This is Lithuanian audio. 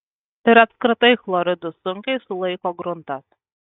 ir apskritai chloridus sunkiai sulaiko gruntas